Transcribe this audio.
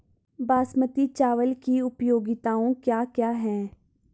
बासमती चावल की उपयोगिताओं क्या क्या हैं?